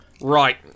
Right